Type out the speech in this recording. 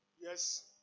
Yes